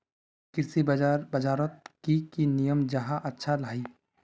कृषि बाजार बजारोत की की नियम जाहा अच्छा हाई?